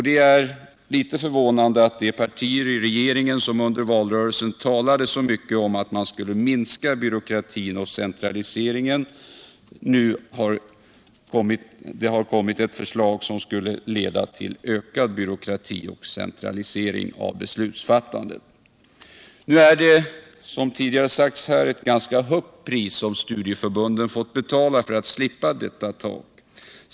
Det är litet förvånande att de partier i regeringen som under valrörelsen talade så mycket om att man skulle minska byråkratin och centraliseringen nu har lämnat ett förslag som skulle leda till ökad byråkrati och centralisering av beslutsfattandet. Det är, som redan sagts här, ett ganska högt pris som studieförbunden fått betala för att slippa detta tak.